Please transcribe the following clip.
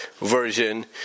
version